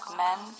men